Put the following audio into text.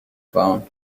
phone